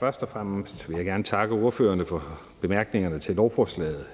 Først og fremmest vil jeg gerne takke ordførerne for bemærkningerne til lovforslaget.